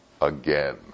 again